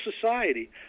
society